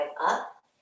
up